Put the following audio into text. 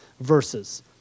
verses